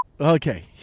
okay